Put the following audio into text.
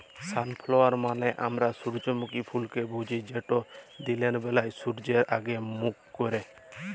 sunflower মালে আমরা সূজ্জমুখী ফুলকে বুঝি যেট দিলের ব্যালায় সূয্যের দিগে মুখ ক্যারে